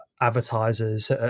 advertisers